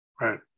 Right